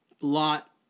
lot